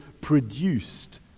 produced